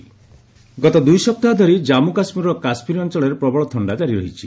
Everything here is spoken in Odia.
ଜେକେ କୋଲ୍ ୱେଭ୍ ଗତ ଦୁଇ ସପ୍ତାହ ଧରି କାଞ୍ଗୁ କାଶ୍ମୀରର କାଶ୍ମୀର ଅଞ୍ଚଳରେ ପ୍ରବଳ ଥଣ୍ଡା ଜାରି ରହିଛି